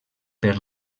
per